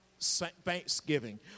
thanksgiving